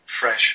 fresh